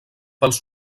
pels